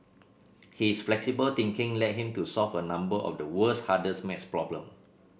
his flexible thinking led him to solve a number of the world's hardest maths problem